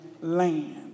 land